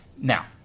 Now